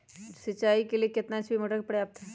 सिंचाई के लिए कितना एच.पी मोटर पर्याप्त है?